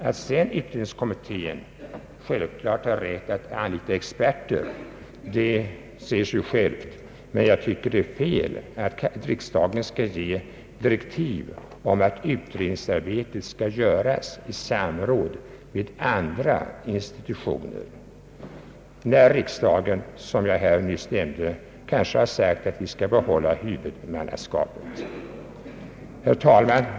Att sedan utredningskommittén har rätt att anlita experter säger sig självt. Men jag tycker det är fel att riksdagen skulle ge direktiv om att utredningsarbetet skall göras i samråd med andra institutioner när riksdagen, som jag här nyss nämnde, kanske anser att den skall behålla huvudmannaskapet. Herr talman!